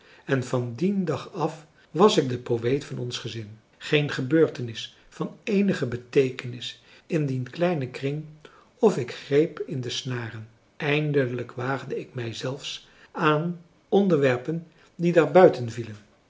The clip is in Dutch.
en van dien dag af was ik de poëet van ons gezin geen gebeurtenis van eenige beteekenis in dien kleinen kring of ik greep in de snaren eindelijk waagde ik mij zelfs aan onderwerpen die daar buiten vielen